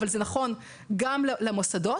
אבל זה נכון גם למוסדות.